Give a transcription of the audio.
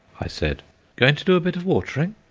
i said going to do a bit of watering?